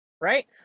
right